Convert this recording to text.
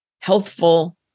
healthful